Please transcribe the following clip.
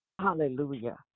Hallelujah